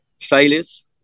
failures